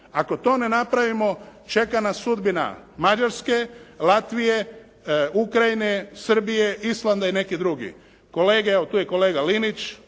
Ako to ne napravimo, čeka nas sudbina Mađarske, Latvije, Ukrajine, Srbije, Islanda i nekih drugih. Kolege, evo tu je kolega Linić